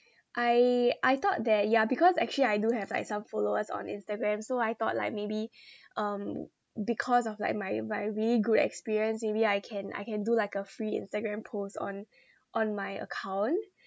I I thought that ya because actually I do have like some followers on instagram so I thought like maybe um because of like my my really good experience maybe I can I can do like a free instagram post on on my account